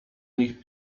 nich